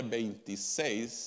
26